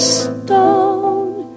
stone